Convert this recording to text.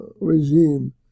regime